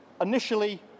initially